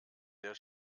der